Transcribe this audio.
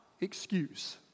excuse